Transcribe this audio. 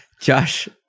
Josh